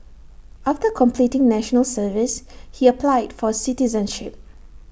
after completing National Service he applied for citizenship